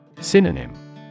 Synonym